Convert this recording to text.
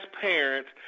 parents